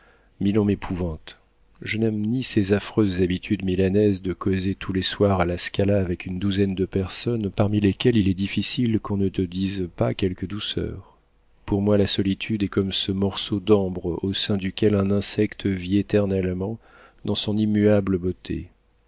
milan m'épouvante je n'aime ni ces affreuses habitudes milanaises de causer tous les soirs à la scala avec une douzaine de personnes parmi lesquelles il est difficile qu'on ne te dise pas quelque douceur pour moi la solitude est comme ce morceau d'ambre au sein duquel un insecte vit éternellement dans son immuable beauté